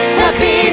happy